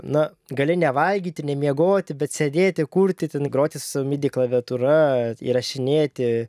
na gali nevalgyti nemiegoti bet sėdėti kurti ten groti su savo midi klaviatūra įrašinėti